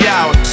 out